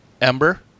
ember